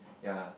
ya